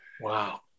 Wow